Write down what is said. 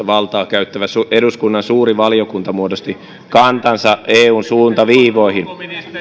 valtaa käyttävä eduskunnan suuri valiokunta muodosti kantansa eun suuntaviivoihin